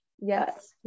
Yes